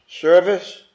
service